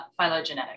Phylogenetics